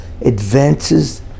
advances